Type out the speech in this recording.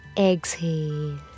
exhale